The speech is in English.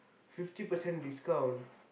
fifty percent discount